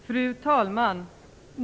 Fru talman!